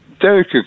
Derek